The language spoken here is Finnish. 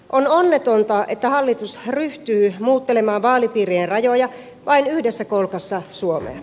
on onnetonta että hallitus ryhtyy muuttelemaan vaalipiirien rajoja vain yhdessä kolkassa suomea